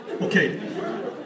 Okay